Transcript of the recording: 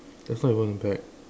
that's not even a bag